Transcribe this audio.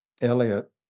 Elliot